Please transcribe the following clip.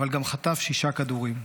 אבל גם חטף שישה כדורים.